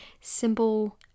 simple